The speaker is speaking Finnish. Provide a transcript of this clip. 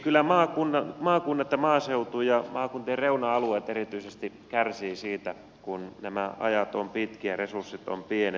kyllä maakunnat ja maaseutu ja maakuntien reuna alueet erityisesti kärsivät siitä kun nämä ajat ovat pitkiä resurssit ovat pienet